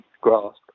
grasp